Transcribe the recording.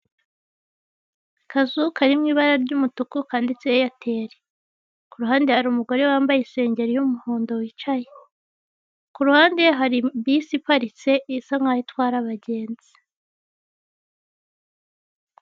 Akazu kari mu ibara ry'umutuku kanditseho eyateri, ku ruhande hari umugore wambaye isengeri y'umuhondo wicaye, ku ruhande hari bisi iparitse isa nkaho itwara abagenzi.